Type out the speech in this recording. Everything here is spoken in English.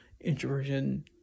introversion